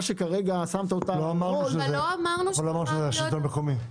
שכרגע שמת אותה בהולד --- לא אמרנו שזה השלטון המקומי.